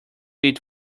eat